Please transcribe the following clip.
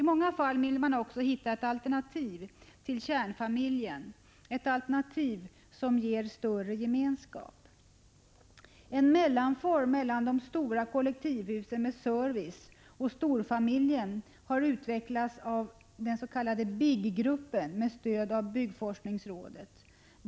I många fall vill man också hitta ett alternativ till kärnfamiljen, ett alternativ som ger större gemenskap. En mellanform mellan de stora kollektivhusen med service och storfamiljen har utvecklats av den s.k. BIG-gruppen med stöd från byggforskningsrådet.